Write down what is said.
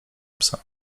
psa